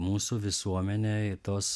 mūsų visuomenėje tos